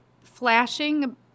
flashing